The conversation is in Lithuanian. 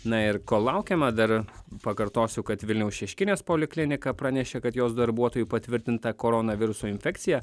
na ir kol laukiama dar pakartosiu kad vilniaus šeškinės poliklinika pranešė kad jos darbuotojui patvirtinta koronaviruso infekcija